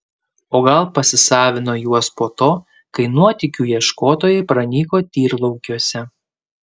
o gal pasisavino juos po to kai nuotykių ieškotojai pranyko tyrlaukiuose